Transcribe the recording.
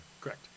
Correct